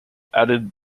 added